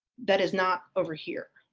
that is not over here.